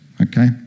okay